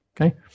Okay